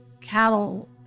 cattle